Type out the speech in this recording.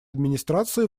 администрации